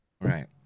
right